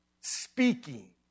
speaking